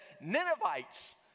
Ninevites